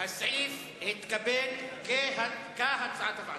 סעיף 13, הוצאות שונות, לשנת 2010, כהצעת הוועדה,